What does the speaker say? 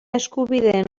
eskubideen